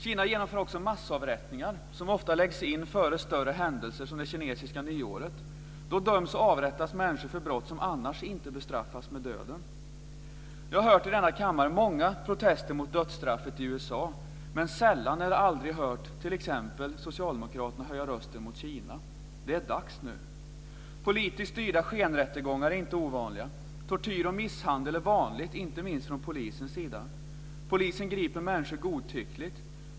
Kina genomför också massavrättningar, som ofta läggs in före större händelser som det kinesiska nyåret. Då döms och avrättas människor för brott som annars inte bestraffas med döden. Jag har hört i denna kammare många protester mot dödsstraffet i USA, men sällan eller aldrig hört t.ex. socialdemokraterna höja rösten mot Kina. Det är dags nu! Politiskt styrda skenrättegångar är inte ovanliga. Tortyr och misshandel är vanligt, inte minst från polisens sida. Polisen griper människor godtyckligt.